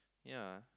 ya